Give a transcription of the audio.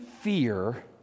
fear